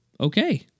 okay